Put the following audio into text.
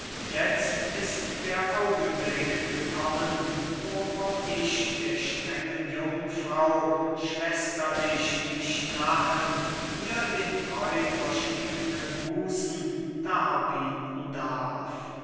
jetzt ist der augenblick gekommen wo auch ich der strengen jungfrau schwesterlich mich nahen ihr den treu verschwiegnen busen darbieten darf